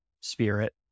spirit